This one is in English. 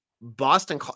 Boston